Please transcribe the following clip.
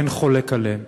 ואין חולק עליהן.